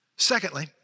Secondly